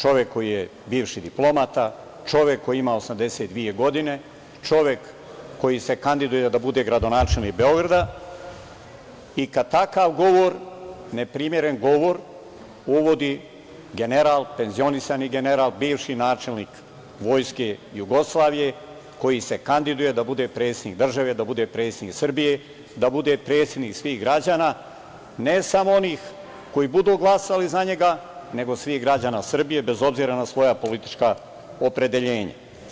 čovek koji je bivši diplomata, čovek koji ima 82 godine, čovek koji se kandiduje da bude gradonačelnik Beograda i kada takav govor, neprimeren govor, uvodi general, penzionisani general, bivši načelnik Vojske Jugoslavije, koji se kandiduje da bude predsednik države, da bude predsednik Srbije, da bude predsednik svih građana, ne samo onih koji budu glasali za njega, nego svih građana Srbije, bez obzira na svoja politička opredeljenja.